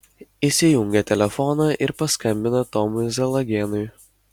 įsijungia telefoną ir paskambina tomui zalagėnui